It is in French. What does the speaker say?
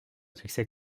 succès